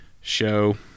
show